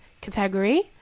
category